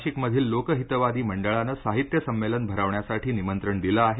नाशिकमधील लोकहितवादी मंडळानं साहित्य संमेलन भरवण्यासाठी निमंत्रण दिलं आहे